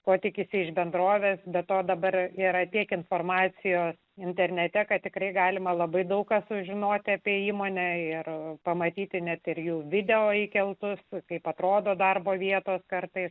ko tikisi iš bendrovės be to dabar yra tiek informacijos internete kad tikrai galima labai daug ką sužinoti apie įmonę ir pamatyti ne tik video įkeltus kaip atrodo darbo vietos kartais